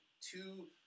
two